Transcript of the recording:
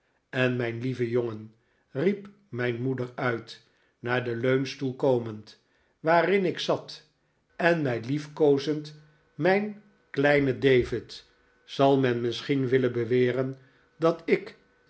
en mijn lieve jongen riep mijn moeder uit naar den leunstoel komend waarin ik zat en mij liefkozend mijn kleine david zal men misschien willen beweren dat ik